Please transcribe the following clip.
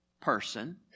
person